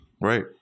Right